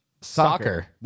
Soccer